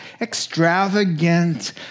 extravagant